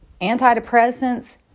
antidepressants